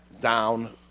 down